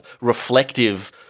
reflective